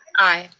aye.